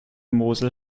mosel